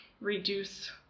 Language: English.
reduce